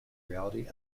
reality